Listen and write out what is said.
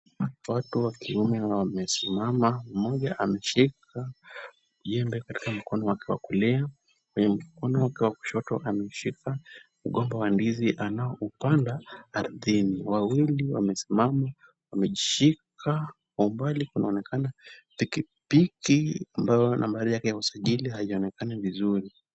Watu wa kiume wamesimama mmoja ameshika jembe katika mkono wake wa kulia kwenye mkono wake wa kushoto ameshika mgomba wa ndizi anaoupanda ardhini. Wawili wamesimama wamejishika, kwa umbali kunaonekana pikipiki ambayo nambari yake ya usajili haijaonekana vizuri.